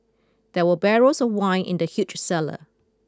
there were barrels of wine in the huge cellar